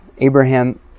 Abraham